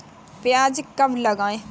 प्याज कब लगाएँ?